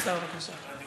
אדוני השר, בבקשה.